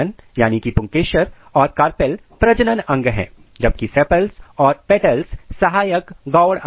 Stamen पुंकेसर और carpel प्रजनन अंग हैं जबकि सेपल्स और पेटल्स सहायक गॉड अंग हैं